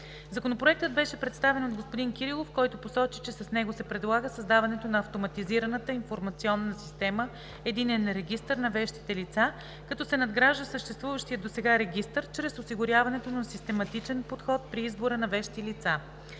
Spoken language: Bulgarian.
Законопроектът беше представен от господин Кирилов, който посочи, че с него се предлага създаването на Автоматизираната информационна система „Единен регистър на вещите лица“, като се надгражда съществуващият досега регистър чрез осигуряването на систематичен подход при избора на вещи лица.